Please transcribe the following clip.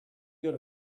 good